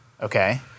Okay